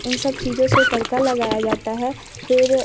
इन सब चीज़ों से तड़का लगाया जाता है फिर